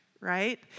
right